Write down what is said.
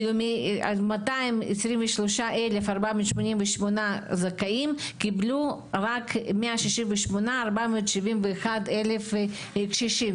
עד 223,488 זכאים קיבלו רק 168,471 קשישים.